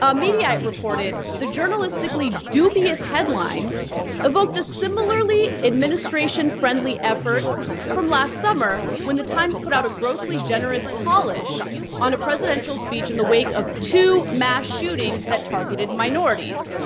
um mediaite reported, the journalistically dubious headline evoked a similarly administration friendly effort from last summer, when the times put out a grossly generous polish on a presidential speech in the wake of two mass shootings that targeted minorities,